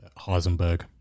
Heisenberg